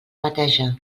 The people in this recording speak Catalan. bateja